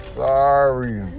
sorry